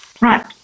Right